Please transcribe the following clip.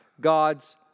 God's